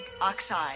oxide